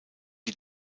die